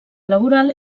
laboral